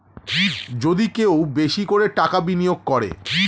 যদি কেউ বেশি করে টাকা বিনিয়োগ করে